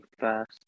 fast